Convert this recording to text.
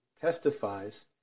testifies